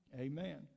Amen